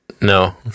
No